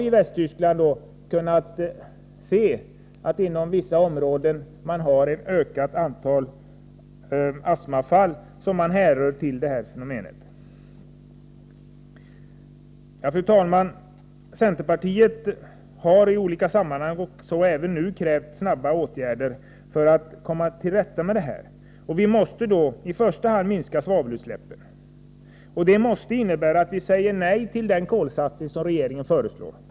I Västtyskland har man kunnat se att det inom vissa områden finns ett ökt antal astmafall, som man härleder till detta fenomen. Fru talman! Centerpartiet har i olika sammanhang — så även nu — krävt snabba åtgärder för att komma till rätta med försurningen. I första hand måste vi minska svavelutsläppen. Det innebär att vi måste säga nej till den kolsatsning som regeringen föreslår.